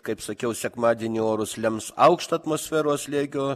kaip sakiau sekmadienio orus lems aukšto atmosferos slėgio